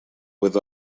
with